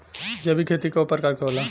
जैविक खेती कव प्रकार के होला?